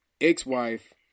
ex-wife